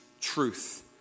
Truth